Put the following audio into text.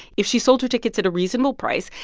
if she sold her tickets at a reasonable price,